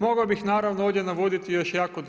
Mogao bih naravno ovdje navoditi još jako,